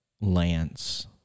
Lance